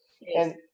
Yes